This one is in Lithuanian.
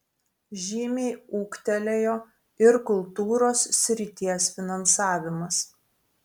žymiai ūgtelėjo ir kultūros srities finansavimas